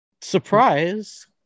Surprise